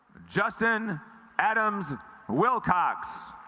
justin adams wilcox